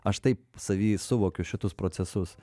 aš taip savy suvokiu šitus procesus